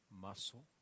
muscle